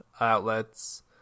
outlets